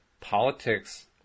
politics